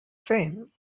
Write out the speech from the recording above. fame